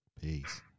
Peace